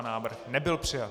Návrh nebyl přijat.